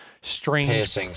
strange